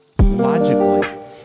Logically